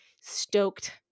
stoked